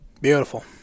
Beautiful